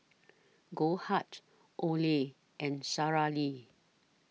Goldheart Olay and Sara Lee